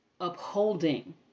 Upholding